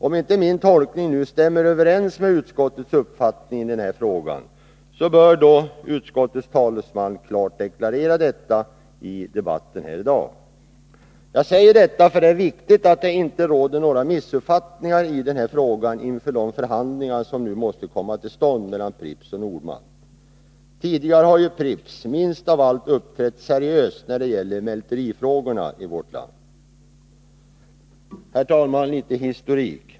Om nu min tolkning inte stämmer överens med utskottets uppfattning i den här frågan, så bör utskottets talesman klart deklararera detta i debatten här i dag. Jag säger detta, eftersom det är viktigt att det inte råder några missuppfattningar i den här frågan inför de förhandlingar som nu måste komma till stånd mellan Pripps och Nord-Malt. Tidigare har ju Pripps minst av allt uppträtt seriöst när det gäller mälterifrågorna i vårt land. Herr talman! Jag vill också lämna litet historik.